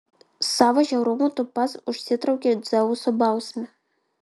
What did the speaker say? savo žiaurumu tu pats užsitraukei dzeuso bausmę